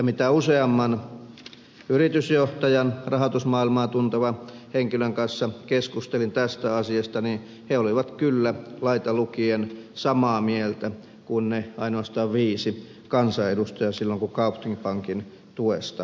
mitä useamman yritysjohtajan rahoitusmaailmaa tuntevan henkilön kanssa keskustelin tästä asiasta niin he olivat kyllä laitalukien samaa mieltä kuin ne ainoastaan viisi kansanedustajaa silloin kun kaupthing pankin tuesta päätettiin